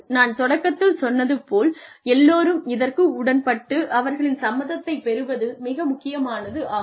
நான் தொடக்கத்தில் சொன்னது போல் எல்லோரும் இதற்கு உடன்பட்டு அவர்களின் சம்மதத்தைப் பெறுவது மிக முக்கியமானதாகும்